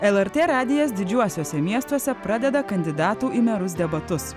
el er tė radijas didžiuosiuose miestuose pradeda kandidatų į merus debatus